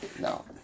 No